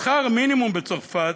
שכר מינימום בצרפת,